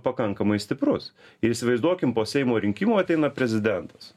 pakankamai stiprus ir įsivaizduokim po seimo rinkimų ateina prezidentas